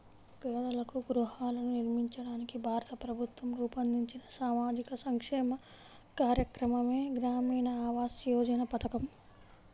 పేదలకు గృహాలను నిర్మించడానికి భారత ప్రభుత్వం రూపొందించిన సామాజిక సంక్షేమ కార్యక్రమమే గ్రామీణ ఆవాస్ యోజన పథకం